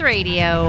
Radio